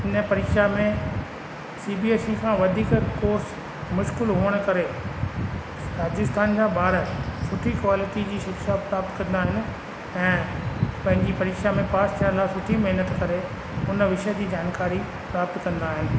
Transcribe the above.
हिन परीक्षा में सीबीएसई खां वधीक कोर्स मुश्किलु हुअण करे राजस्थान मां ॿार सुठी क्वालिटी जी शिक्षा प्रप्त कंदा आहिनि ऐं पंहिंजी परीक्षा में पास थियण लाइ सुठी महिनत करे उन विषय जी जानकारी प्राप्त कंदा आहिनि